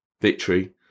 victory